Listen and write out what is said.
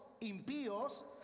impíos